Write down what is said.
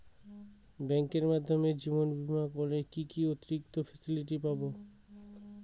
ব্যাংকের মাধ্যমে জীবন বীমা করলে কি কি অতিরিক্ত ফেসিলিটি পাব?